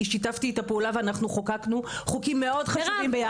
שיתפתי איתה פעולה ואנחנו חוקקנו חוקים מאוד חשובים ביחד.